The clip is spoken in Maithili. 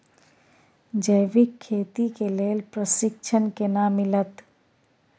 जैविक खेती के लेल प्रशिक्षण केना मिलत?